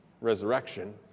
resurrection